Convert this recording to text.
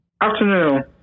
Afternoon